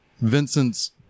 vincent's